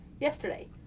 yesterday